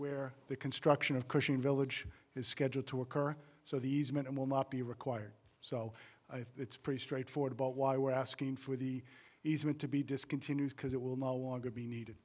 where the construction of cushing village is scheduled to occur so these men and will not be required so i think it's pretty straightforward about why we're asking for the easement to be discontinued because it will no longer be needed